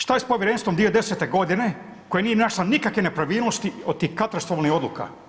Što je s povjerenstvom 2010. g. koje nije našla nikakvih nepravilnosti od tih katastrofalnih odluka.